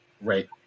right